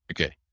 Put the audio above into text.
Okay